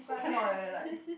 actually cannot eh like